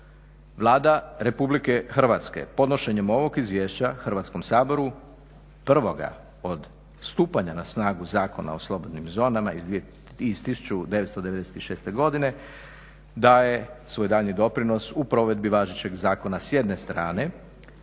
Vlada Republike Hrvatske podnošenjem ovog izvješća Hrvatskom saboru prvoga od stupanja na snagu Zakona o slobodnim zonama iz 1996. godine daje svoj daljnji doprinos u provedbi važećeg zakona s jedne strane.